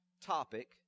topic